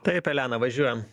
taip elena važiuojam